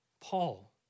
Paul